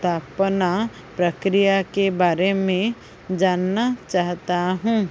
स्थापना प्रक्रिया के बारे में जानना चाहता हूँ